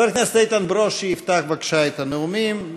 חבר הכנסת איתן ברושי יפתח בבקשה את הנאומים,